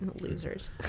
losers